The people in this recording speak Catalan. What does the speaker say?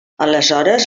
aleshores